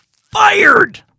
fired